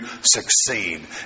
succeed